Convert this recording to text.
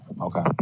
Okay